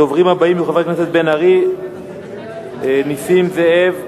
הדוברים הבאים יהיו חבר הכנסת בן-ארי, נסים זאב,